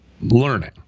learning